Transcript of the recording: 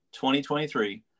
2023